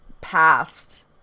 past